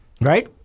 right